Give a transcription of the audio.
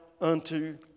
unto